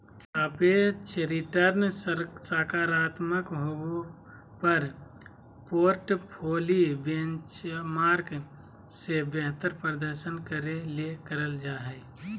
सापेक्ष रिटर्नसकारात्मक होबो पर पोर्टफोली बेंचमार्क से बेहतर प्रदर्शन करे ले करल जा हइ